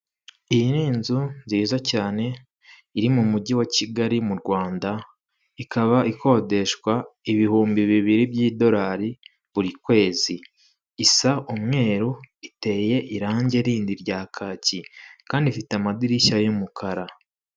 Iyi n’inzu nziza cyane iri mu mujyi wa Kigali mu Rwanda ikab’ikodeshwa ibihumbi bibiri by'idolari buri kwezi, is’umweru, iteye irangi rindi rya kaki kandi ifite amadirishya y'umukara.